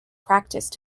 practice